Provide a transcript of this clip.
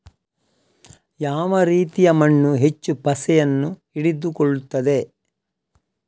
ಯಾವ ರೀತಿಯ ಮಣ್ಣು ಹೆಚ್ಚು ಪಸೆಯನ್ನು ಹಿಡಿದುಕೊಳ್ತದೆ?